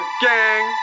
gang